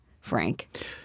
Frank